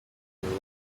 indwi